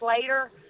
later